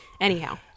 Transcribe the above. Anyhow